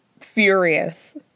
furious